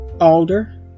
alder